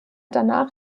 danach